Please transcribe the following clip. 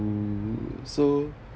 mm so